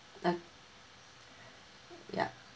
oh ya